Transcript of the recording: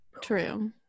True